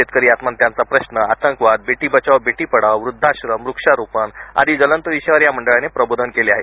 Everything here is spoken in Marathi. शेतकरी आत्महत्यांचा प्रश्न आतंकवाद बेटी बचाव बेटी पढाव वृद्धाश्रम वृक्षारोपण आदी ज्वलंत विषयावर या मंडळाने प्रबोधन केले आहे